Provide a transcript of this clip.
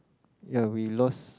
ya we lost